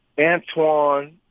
Antoine